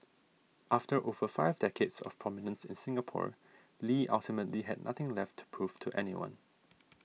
after over five decades of prominence in Singapore Lee ultimately had nothing left to prove to anyone